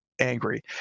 angry